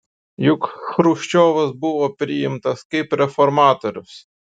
juk chruščiovas buvo priimtas kaip reformatorius